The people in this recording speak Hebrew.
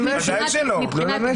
ודאי שלא.